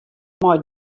mei